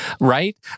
Right